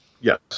Yes